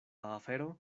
afero